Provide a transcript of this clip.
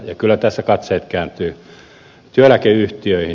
ja kyllä tässä katseet kääntyvät työeläkeyhtiöihin